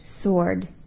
sword